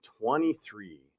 twenty-three